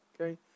Okay